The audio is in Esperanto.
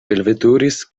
velveturis